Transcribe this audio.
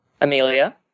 Amelia